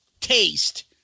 taste